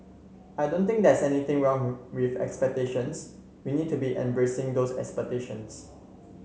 I don't think there's anything wrong with expectations we need to be embracing those expectations